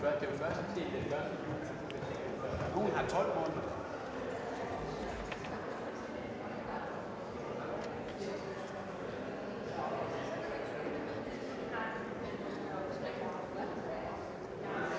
Hvad er det